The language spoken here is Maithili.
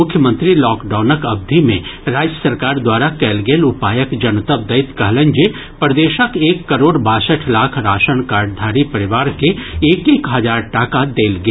मुख्यमंत्री लॉकडाउनक अवधि मे राज्य सरकार द्वारा कयल गेल उपायक जनतब दैत कहलनि जे प्रदेशक एक करोड़ बासठि लाख राशन कार्डधारी परिवार के एक एक हजार टाका देल गेल